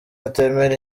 atemera